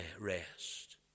rest